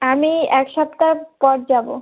আমি এক সপ্তাহর পর যাব